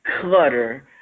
clutter